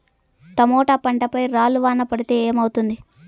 Tomato పంట పై రాళ్లు వాన పడితే ఏమవుతుంది?